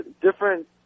different